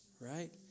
right